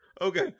Okay